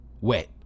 wet